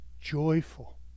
joyful